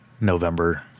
November